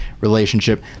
relationship